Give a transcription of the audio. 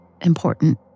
important